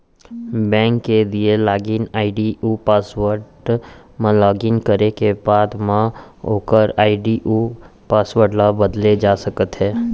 bank के दिए login ID अउ पासवर्ड म लॉगिन करे के बाद म ओकर आईडी अउ पासवर्ड ल बदले जा सकते हे